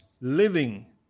living